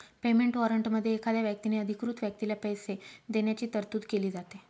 payment वॉरंटमध्ये एखाद्या व्यक्तीने अधिकृत व्यक्तीला पैसे देण्याची तरतूद केली जाते